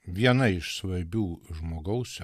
viena iš svarbių žmogause